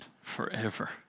forever